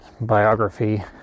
Biography